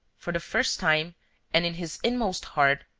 for the first time and in his inmost heart,